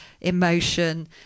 emotion